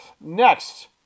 Next